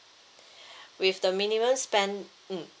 with the minimum spend mm